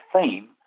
theme